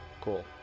Cool